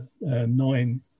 nine